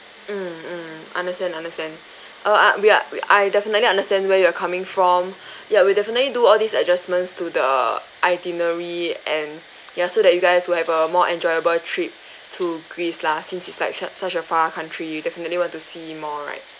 mm mm understand understand uh ah we are I definitely understand where you're coming from ya we definitely do all these adjustments to the itinerary and ya so that you guys will have a more enjoyable trip to greece lah since it's like such such a far country you definitely want to see more right